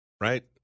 right